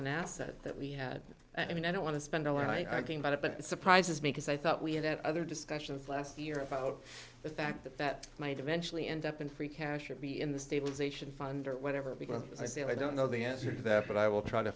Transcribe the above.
an asset that we had i mean i don't want to spend oh i can buy that but it surprises me because i thought we had that other discussions last year about the fact that that might eventually end up in free cash or be in the stabilization fund or whatever because as i say i don't know the answer to that but i will try to